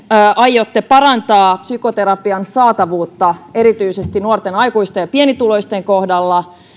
aiotte parantaa psykoterapian saatavuutta erityisesti nuorten aikuisten ja pienituloisten kohdalla